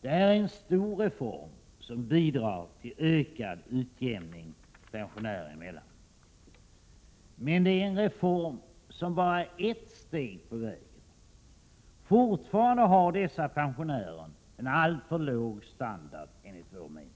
Det här är en stor reform, som bidrar till ökad utjämning pensionärer emellan. Men det är en reform som bara är ett steg på vägen. Fortfarande har dessa pensionärer en alltför låg standard, enligt vår mening.